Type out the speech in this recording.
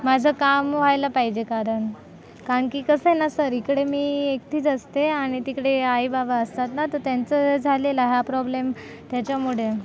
माझं काम व्हायला पाहिजे कारण कारण की कसंय ना सर इकडे मी एकटीच असते आणि तिकडे आई बाबा असतात ना तर त्यांचं झालेला हा प्रॉब्लेम त्याच्यामुळे